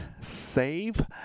Save